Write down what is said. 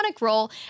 role